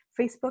Facebook